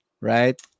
Right